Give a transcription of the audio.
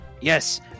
Yes